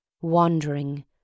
wandering